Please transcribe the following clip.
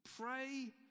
Pray